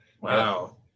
wow